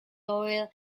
oil